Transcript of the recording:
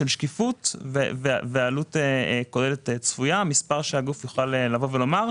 של שקיפות ועלות כוללת צפויה מספר שהגוף יוכל לומר.